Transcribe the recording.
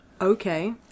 Okay